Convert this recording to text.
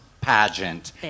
pageant